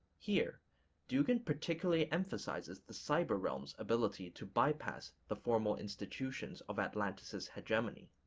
here dugin particularly emphasizes the cyber realm's ability to bypass the formal institutions of atlanticist hegemony.